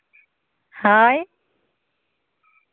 ᱦᱳᱭ